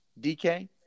DK